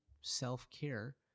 self-care